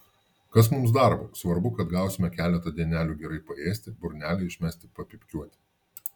kas mums darbo svarbu kad gausime keletą dienelių gerai paėsti burnelę išmesti papypkiuoti